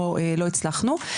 לא הצלחנו.